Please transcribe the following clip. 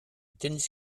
tennis